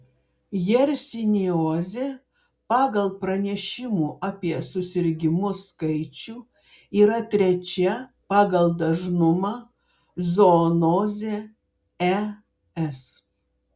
jersiniozė pagal pranešimų apie susirgimus skaičių yra trečia pagal dažnumą zoonozė es